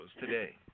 today